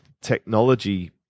technology